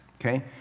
Okay